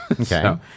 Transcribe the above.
Okay